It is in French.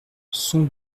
sont